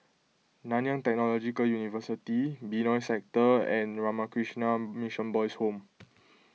Nanyang Technological University Benoi Sector and Ramakrishna Mission Boys' Home